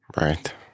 Right